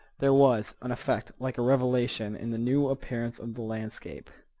there was an effect like a revelation in the new appearance of the landscape.